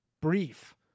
brief